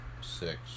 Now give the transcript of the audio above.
Six